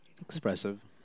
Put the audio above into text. expressive